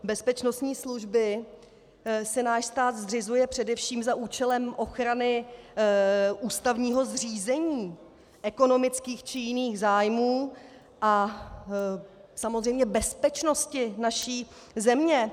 Bezpečnostní služby si náš stát zřizuje především za účelem ochrany ústavního zřízení, ekonomických či jiných zájmů a samozřejmě bezpečnosti naší země.